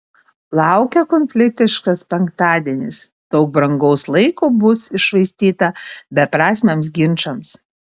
laukia konfliktiškas penktadienis daug brangaus laiko bus iššvaistyta beprasmiams ginčams